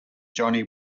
jonny